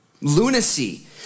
lunacy